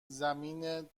زمین